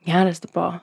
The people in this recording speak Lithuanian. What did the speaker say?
geras tipo